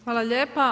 Hvala lijepa.